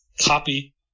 copy